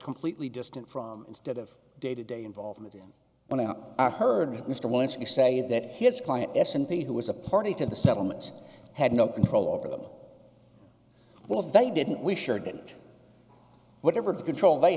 completely distant from instead of day to day involvement in when i heard mr once you say that his client s and p who was a party to the settlements had no control over them well they didn't we sure didn't whatever control they